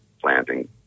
planting